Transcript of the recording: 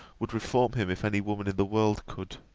would reform him if any woman in the world could.